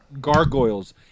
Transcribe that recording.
Gargoyles